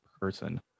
person